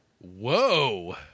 whoa